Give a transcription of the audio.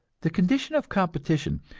the condition of competition,